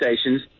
stations